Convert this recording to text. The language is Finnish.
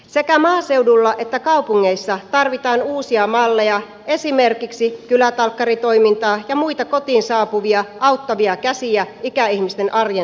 sekä maaseudulla että kaupungeissa tarvitaan uusia malleja esimerkiksi kylätalkkaritoimintaa ja muita kotiin saapuvia auttavia käsiä ikäihmisten arjen sujumiseksi